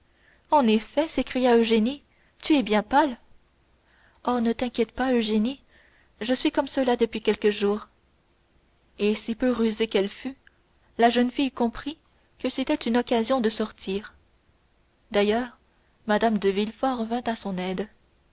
en effet s'écria eugénie tu es bien pâle oh ne t'inquiète pas eugénie je suis comme cela depuis quelques jours et si peu rusée qu'elle fût la jeune fille comprit que c'était une occasion de sortir d'ailleurs mme de villefort vint à son aide